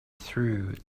through